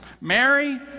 Mary